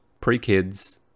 pre-kids